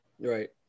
Right